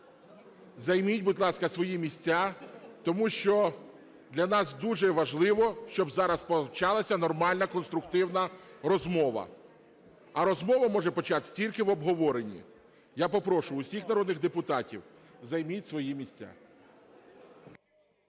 займіть, будь ласка, свої місця, тому що для нас дуже важливо, щоб зараз почалася нормальна конструктивна розмова. А розмова може початися тільки в обговоренні. Я попрошу усіх народних депутатів – займіть свої місця.